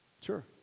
Sure